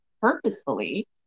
purposefully